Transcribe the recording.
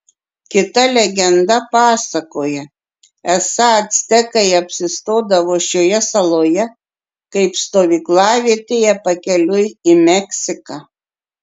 kita legenda pasakoja esą actekai apsistodavo šioje saloje kaip stovyklavietėje pakeliui į meksiką